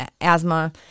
asthma